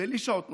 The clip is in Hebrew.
בלי שעות נוספות,